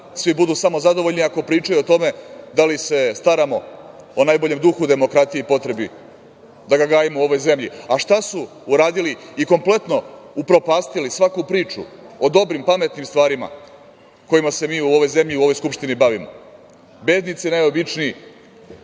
svi budu samo zadovoljni ako pričaju o tome da li se staramo o najboljem duhu demokratiji i potrebi, da ga gajimo u ovoj zemlji.A šta su uradili i kompletno upropastili svaku priču o dobrim, pametnim stvarima kojima se mi u ovoj zemlji, u ovoj Skupštini bavimo, bednici najobičniji,